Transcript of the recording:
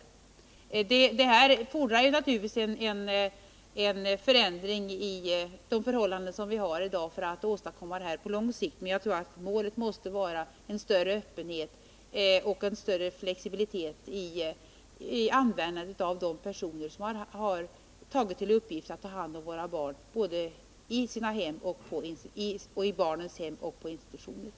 Det fordras naturligtvis en förändring av de förhållanden vi har i dag för att åstadkomma detta. Men målet måste vara en större öppenhet och en större flexibilitet i användandet av de personer som har tagit till uppgift att ta hand om våra barn, både i barnens hem och på institutioner.